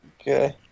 Okay